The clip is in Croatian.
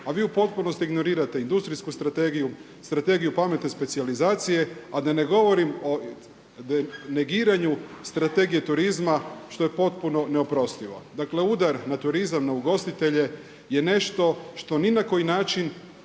a vi u potpunosti ignorirate industrijsku strategiju, strategiju pametne specijalizacije a da ne govorim o negiranju strategije turizma što je potpuno neoprostivo. Dakle, udar na turizam, na ugostitelje je nešto što ni na koji način